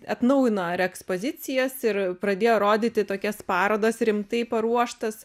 atnaujino ir ekspozicijas ir pradėjo rodyti tokias parodas rimtai paruoštas